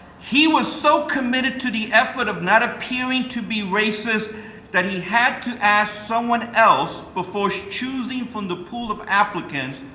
he was so committed to the effort of not appearing to be raceist that i had to ask someone else, before choosing from the pool of applicants,